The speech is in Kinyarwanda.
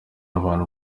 abantu